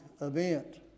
event